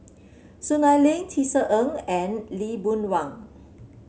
Soon Ai Ling Tisa Ng and Lee Boon Wang